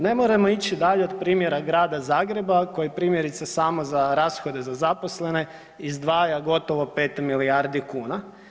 Ne moramo ići dalje od primjera Grada Zagreba koji primjerice samo za rashode za zaposlene izdvaja gotovo 5 milijardi kuna.